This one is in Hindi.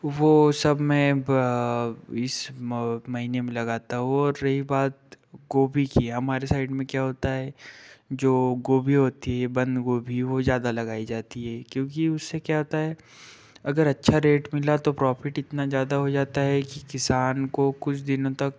वो सब मैं ब इस म महीने में लगाता हूँ और रही बात गोभी की हमारे साइड में क्या होता है जो गोभी होती है बंद गोभी वो ज़्यादा लगाई जाती है क्योंकि उससे क्या होता है अगर अच्छा रेट मिला तो प्रॉफिट इतना ज़्यादा हो जाता है कि किसान को कुछ दिनों तक